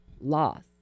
loss